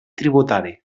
tributari